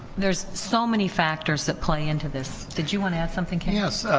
there's so many factors that play into this, did you want to add something here? yes,